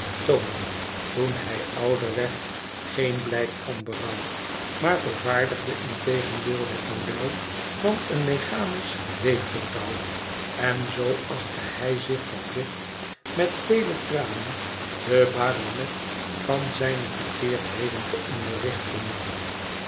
toen hij ouder werd geen blijk van berouw maar vervaardigde integendeel het modei van een mechanisch weefgetouw en zoo achtte hij zich verplicht met vele tranen den baronet van zijne verkeerdheden te